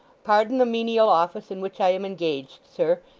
pardon the menial office in which i am engaged, sir,